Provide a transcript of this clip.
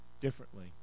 differently